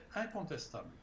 incontestable